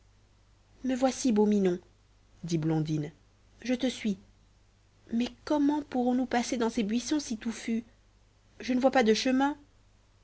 me voici beau minon dit blondine je te suis mats comment pourrons-nous passer dans ces buissons si touffus je ne vois pas de chemin